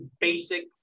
basic